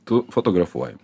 tu fotografuoji